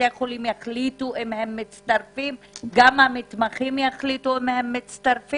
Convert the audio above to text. בתי החולים יחליטו אם הם מצטרפים וגם המתמחים יחליטו אם הם מצטרפים,